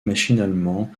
machinalement